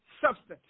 substance